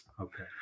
Okay